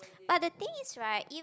but the thing is right if